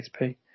XP